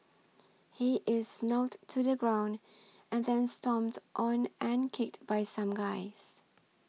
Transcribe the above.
he is knocked to the ground and then stomped on and kicked by some guys